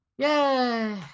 Yay